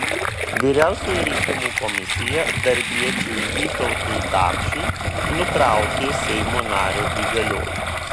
vyriausioji rinkimų komisija darbiečiui vytautui gapšiui nutraukė seimo nario įgaliojimus